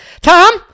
tom